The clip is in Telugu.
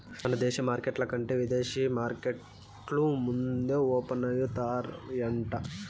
మన దేశ మార్కెట్ల కంటే ఇదేశీ మార్కెట్లు ముందే ఓపనయితాయంట